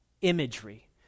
imagery